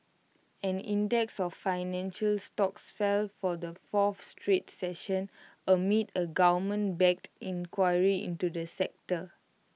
an index of financial stocks fell for the fourth straight session amid A government backed inquiry into the sector